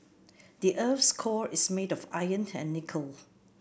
the earth's core is made of iron and nickel